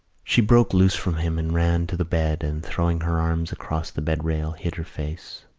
she broke loose from him and ran to the bed and, throwing her arms across the bed-rail, hid her face.